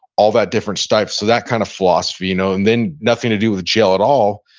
all that different types. so that kind of philosophy. you know and then nothing to do with jail at all,